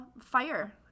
fire